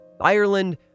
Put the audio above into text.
Ireland